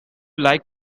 like